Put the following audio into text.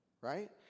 right